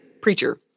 Preacher